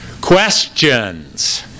Questions